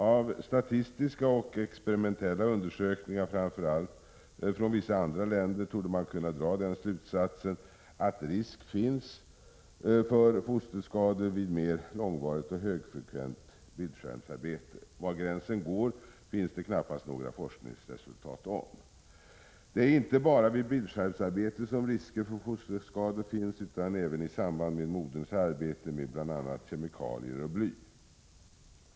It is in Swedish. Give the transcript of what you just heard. Av statistiska och experimentella undersökningar, framför allt från vissa andra länder, torde man kunna dra den slutsatsen att risk finns för fosterskador vid mer långvarigt och högfrekvent bildskärmsarbete. Var gränsen går finns det knappast några forskningsresultat om. Det är inte bara vid bildskärmsarbete som risker för fosterskador finns utan även i samband med moderns arbete med bl.a. kemikalier och bly.